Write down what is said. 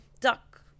duck